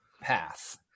path